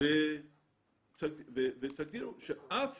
ותגדירו שאף